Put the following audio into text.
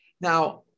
Now